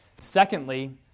Secondly